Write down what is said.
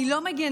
אני לא מגינה.